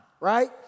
right